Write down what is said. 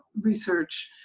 research